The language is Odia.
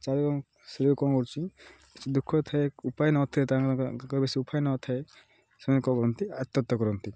ସେ କ'ଣ କରୁଛି ଦୁଃଖ ଥାଏ ଉପାୟ ନଥାଏ ତାଙ୍କର ବେଶୀ ଉପାୟ ନ ଥାଏ ସେମାନେ କ'ଣ କରନ୍ତି କରନ୍ତି